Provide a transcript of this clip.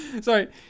Sorry